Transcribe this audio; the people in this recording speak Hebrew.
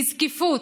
בזקיפות,